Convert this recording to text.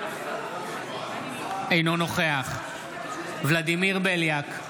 אינו נוכח ולדימיר בליאק,